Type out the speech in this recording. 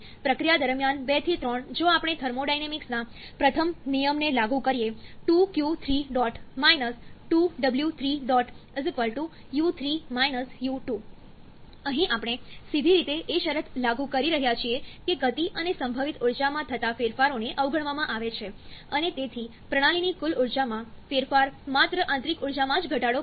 પ્રક્રિયા દરમિયાન 2 થી 3 જો આપણે થર્મોડાયનેમિક્સના પ્રથમ નિયમને લાગુ કરીએ ₂q3 ₂w3 u3 u2 અહીં આપણે સીધી રીતે એ શરત લાગુ કરી રહ્યા છીએ કે ગતિ અને સંભવિત ઊર્જામાં થતા ફેરફારોને અવગણવામાં આવે છે અને તેથી પ્રણાલીની કુલ ઊર્જામાં ફેરફાર માત્ર આંતરિક ઊર્જામાં જ ઘટાડો કરે છે